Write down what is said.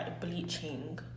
bleaching